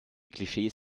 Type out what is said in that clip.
klischees